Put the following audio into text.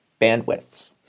bandwidths